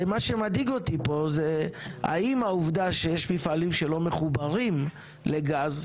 מה שמדאיג אותי פה זה האם העובדה שיש מפעלים שלא מחוברים לגז,